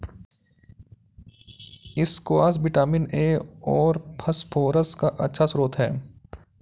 squash vitamin A और phosphorus का अच्छा श्रोत है